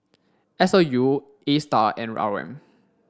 S O U ASTAR and R O M